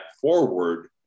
forward